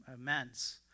immense